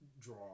draw